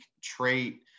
trait